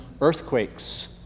earthquakes